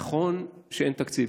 נכון שאין תקציב.